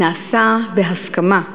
נעשתה בהסכמה,